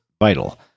vital